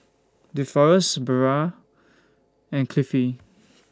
Deforest Barbara and Cliffie